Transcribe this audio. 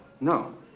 No